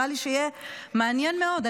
נראה לי שיהיה מעניין מאוד.